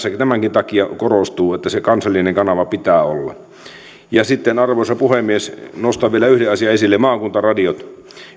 tämänkin takia korostuu että se kansallinen kanava pitää olla sitten arvoisa puhemies nostan vielä yhden asian esille maakuntaradiot